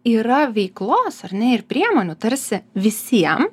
yra veiklos ar ne ir priemonių tarsi visiem